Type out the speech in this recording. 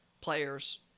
players